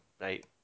Right